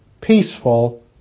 peaceful